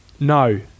No